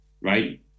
right